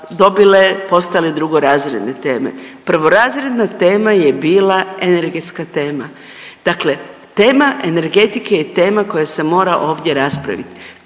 dobile postale drugorazredne teme. Prvorazredna tema je bila energetska tema. Dakle, tema energetike je tema koja se mora ovdje raspraviti.